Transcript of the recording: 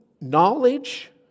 knowledge